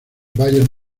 bayern